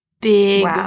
big